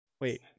Wait